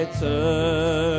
turn